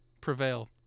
prevail